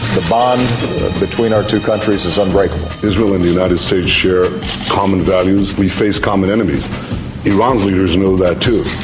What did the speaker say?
the bond between our two countries is unbreakable. israel and the united states share common values, we face common enemies iran's leaders know that too.